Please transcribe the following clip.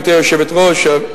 גברתי היושבת-ראש,